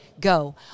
go